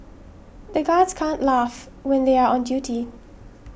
the guards can't laugh when they are on duty